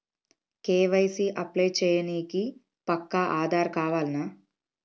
KYC apply చేయనీకి పక్కా ఆధార్ కావాల్నా?